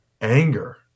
anger